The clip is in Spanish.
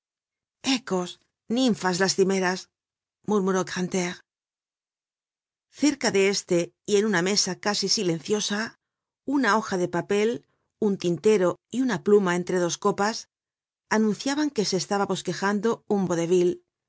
ecos ninfas lastimeras murmuró grantaire cerca de éste y en una mesa casi silenciosa una hoja de papel un tintero y una pluma entre dos copas anunciaban que se estaba bosquejando